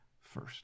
first